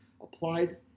Applied